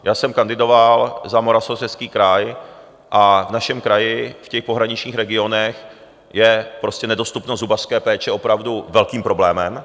Já jsem kandidoval za Moravskoslezský kraj a v našem kraji v těch pohraničních regionech je prostě nedostupnost zubařské péče opravdu velkým problémem.